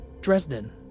Dresden